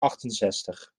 achtenzestig